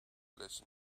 lesson